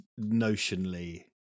notionally